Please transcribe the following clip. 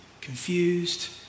confused